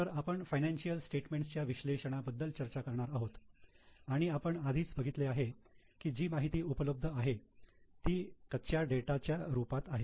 तर आपण financial statement च्या विश्लेषण बद्दल चर्चा करणार आहोत आणि आपण आधीच बघितले आहे की जी माहिती उपलब्ध आहे ती कच्चा डेटाच्या रूपात आहे